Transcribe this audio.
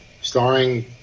starring